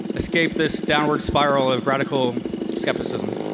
escape this downward spiral of radical skepticism.